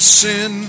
sin